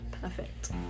perfect